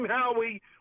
Howie